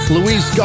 Louise